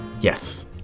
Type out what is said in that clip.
Yes